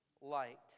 light